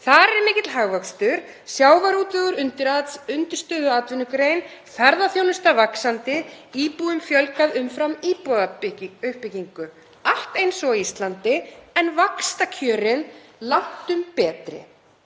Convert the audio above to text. Þar er mikill hagvöxtur, sjávarútvegur undirstöðuatvinnugrein, ferðaþjónusta vaxandi, íbúum hefur fjölgað umfram íbúðauppbyggingu; allt eins og á Íslandi en vaxtakjörin langtum betri.